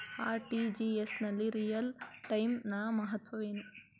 RTGS ನಲ್ಲಿ real time ನ ಮಹತ್ವವೇನು?